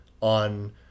on